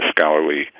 scholarly